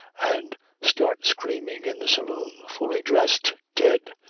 and start screaming in the saloon, fully dressed! dead!